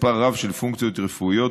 מספר רב של פונקציות רפואיות,